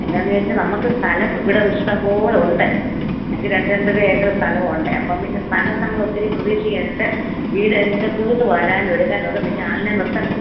എന്താണെന്ന് വെച്ചാൽ നമുക്ക് സ്ഥലം ഇവിടെ ഇഷ്ടംപോലെ ഉണ്ട് ഞങ്ങൾക്ക് രണ്ട് രണ്ടര ഏക്കറ് സ്ഥലം ഉണ്ട് അപ്പം പിന്നെ സ്ഥലം നമ്മൾ ഒത്തിരി പ്രതീക്ഷിക്കുന്നുണ്ട് വീട് എന്താണ് വെച്ചാൽ തൂത്ത് വാരാനും ഒരുക്കാനും ഒക്കെ പിന്നെ ആളിനെ നിർത്തേണ്ടേ